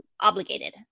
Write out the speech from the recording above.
obligated